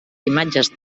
imatges